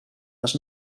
les